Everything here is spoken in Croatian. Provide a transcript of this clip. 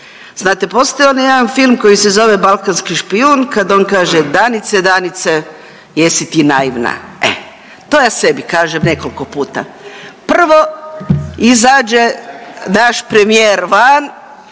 Znate postoji onaj jedan film koji se zove „Balkanski špijun“ kad on kaže Danice, Danice jesi ti naivna. E, to ja sebi kažem nekolko puta. Prvo izađe naš premijer van